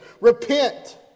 Repent